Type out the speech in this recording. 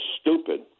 stupid